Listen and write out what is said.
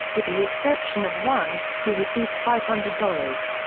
with the exception of one, who received five hundred dollars.